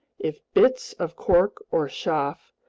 if bits of cork or chaff,